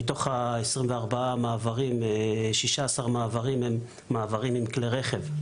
מתוך 24 מעברים 16 הם מעברים עם כלי רכב,